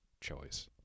choice